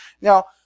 Now